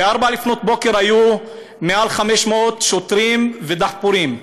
ב-04:00 היו מעל 500 שוטרים ודחפורים.